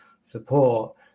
support